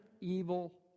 evil